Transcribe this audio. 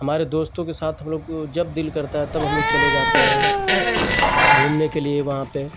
हमारे दोस्तों के साथ हम लोग जब दिल करता है तब हम लोग चले जाते हैं घूमने के लिए वहाँ पर